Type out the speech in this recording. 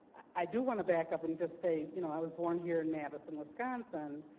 i do want to back up and just say you know i was born here in madison, wisconsin,